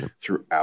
throughout